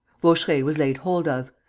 vaucheray was laid hold of,